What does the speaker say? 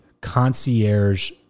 concierge